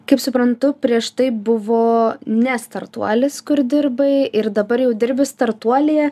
kaip suprantu prieš tai buvo ne startuolis kur dirbai ir dabar jau dirbi startuolyje